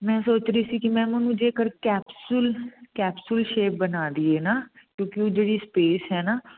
ਮੈਂ ਸੋਚ ਰਹੀ ਸੀ ਕਿ ਮੈਮ ਉਹਨਾਂ ਨੂੰ ਜੇਕਰ ਕੈਪਸੂਲ ਕੈਪਸੂਲ ਸ਼ੇਪ ਬਣਾ ਦੀਏ ਨਾ ਕਿਉਂਕਿ ਉਹ ਜਿਹੜੀ ਸਪੇਸ ਹੈ ਨਾ